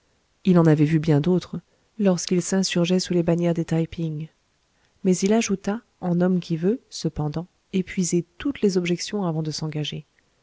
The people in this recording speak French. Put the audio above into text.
il en avait vu bien d'autres lorsqu'il s'insurgeait sous les bannières des taï ping mais il ajouta en homme qui veut cependant épuiser toutes les objections avant de s'engager